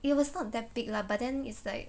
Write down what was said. it was not that big lah but then it's like